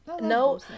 no